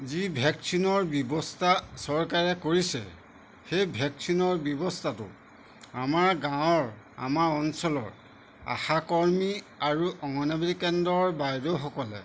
যি ভেকচিনৰ ব্যৱস্থা চৰকাৰে কৰিছে সেই ভেকচিনৰ ব্যৱস্থাটো আমাৰ গাঁৱৰ আমাৰ অঞ্চলৰ আশাকৰ্মী আৰু অংগনাবাদী কেন্দ্ৰৰ বাইদেউসকলে